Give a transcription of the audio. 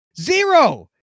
Zero